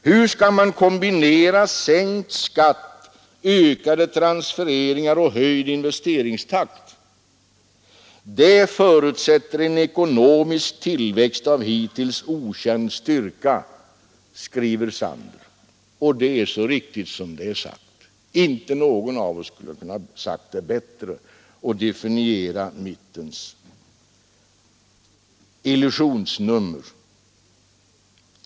Hur skall man kombinera sänkt skatt, ökade transfereringar och höjd investeringstakt? Det förutsätter en ekonomisk tillväxt av hittills okänd styrka”, skriver Sander. Och det är så riktigt. Ingen av oss kunde bättre ha definierat mittens illusionsnummer.